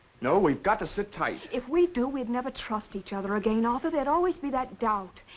no, we've got to sit tight. if we do we'd never trust each other again, arthur. there'd always be that doubt.